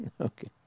Okay